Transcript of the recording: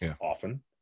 Often